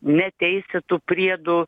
neteisėtų priedų